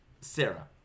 Sarah